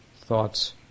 thoughts